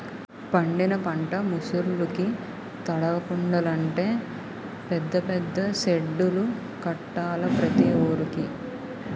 పండిన పంట ముసుర్లుకి తడవకుండలంటే పెద్ద పెద్ద సెడ్డులు కట్టాల ప్రతి వూరికి